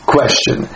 Question